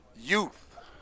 Youth